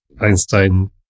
Einstein